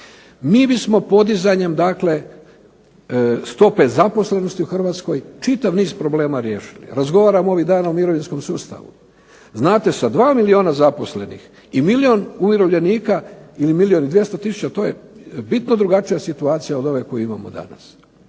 mi bismo podizanjem dakle stope zaposlenosti u Hrvatskoj čitav niz problema riješili. Razgovaramo ovih dana o mirovinskom sustavu. Znate, sa 2 milijuna zaposlenih i milijun umirovljenika ili milijun i 200 tisuća to je bitno drugačija situacija od ove koju imamo danas.